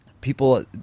people